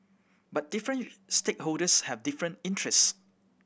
but different stakeholders have different interest